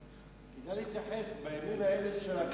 צריך להתייחס בימים האלה של,